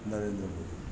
Narendra Modi